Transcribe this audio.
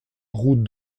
route